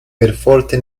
perforte